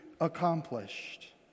accomplished